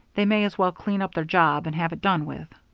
they may as well clean up their job and have it done with.